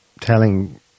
telling